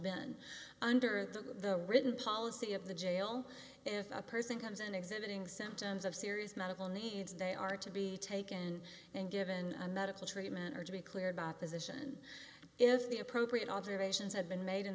been under the written policy of the jail if a person comes in exhibiting symptoms of serious medical needs they are to be taken and given a medical treatment or to be clear about this mission if the appropriate observations have been made in